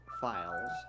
files